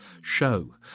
show